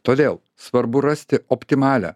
todėl svarbu rasti optimalią